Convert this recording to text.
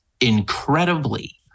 incredibly